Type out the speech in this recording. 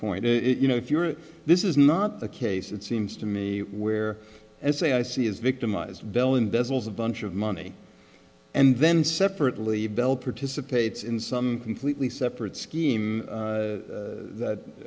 point you know if your this is not the case it seems to me where as a i see is victimized bell embezzles a bunch of money and then separately bell participates in some completely separate scheme